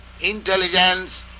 intelligence